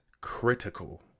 critical